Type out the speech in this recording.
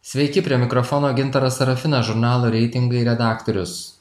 sveiki prie mikrofono gintaras serafinas žurnalo reitingai redaktorius